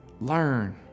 learn